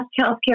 healthcare